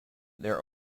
their